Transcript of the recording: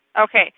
Okay